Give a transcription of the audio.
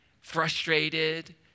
frustrated